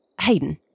Hayden